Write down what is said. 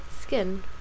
skin